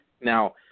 Now